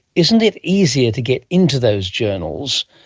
isn't it easier to get into those journals,